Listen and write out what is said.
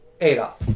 Adolf